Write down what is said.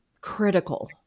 critical